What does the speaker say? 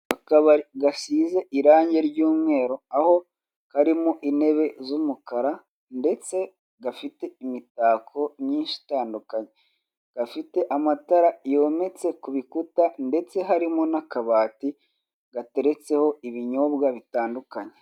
Akabari gasize irange ry'umweru aho karimo intebe z'umukara ndetse gafite imitako myinshi itandukanye, gafite amatara yometse ku bikuta ndetse harimo n'akabati gateretseho ibinyobwa bitandukanye.